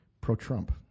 pro-Trump